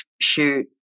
shoot